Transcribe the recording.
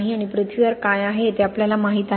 आणि पृथ्वीवर काय आहे ते आपल्याला माहीत आहे